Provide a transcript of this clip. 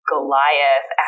Goliath